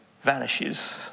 vanishes